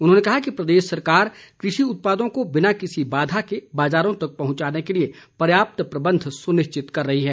उन्होंने कहा कि प्रदेश सरकार कृषि उत्पादों को बिना किसी बाधा के बाजारों तक पहुचाने के लिए पर्याप्त प्रबंध सुनिश्चित कर रही है